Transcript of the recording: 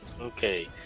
Okay